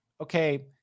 okay